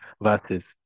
versus